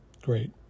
great